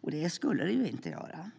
Nej, det skulle det inte göra,